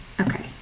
Okay